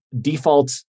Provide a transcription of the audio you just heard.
default